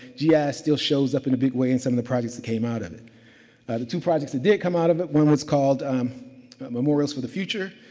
yeah ah still shows up in a big way in some of the projects that came out of it. the two projects that did come out of it, one was called um memorials for the future.